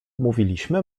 mówiliśmy